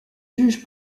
juges